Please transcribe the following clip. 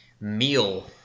meal